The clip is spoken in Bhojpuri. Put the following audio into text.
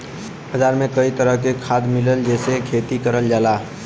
बाजार में कई तरह के खाद मिलला जेसे खेती करल जाला